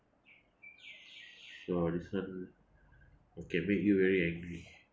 so this one can make you very angry